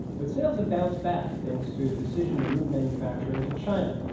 but sales have bounced back thanks to his decision to move manufacturing to china,